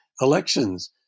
elections